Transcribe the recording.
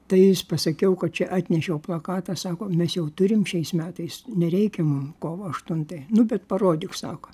tai jis pasakiau kad čia atnešiau plakatą sako mes jau turim šiais metais nereikia mum kovo aštuntąją nu bet parodyk sako